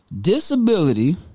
Disability